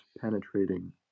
penetrating